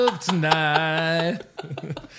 Tonight